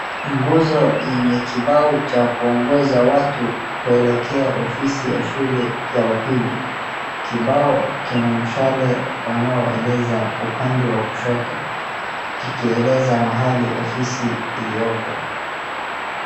Nguzo yenye kibao cha kuongoza watu kuelekea ofisi ya shule ya upili, kibao kina mshale unaoeleza upande wa kushoto kikieleza mahali ofisi iliopo.